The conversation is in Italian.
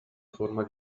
forma